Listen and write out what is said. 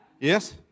Yes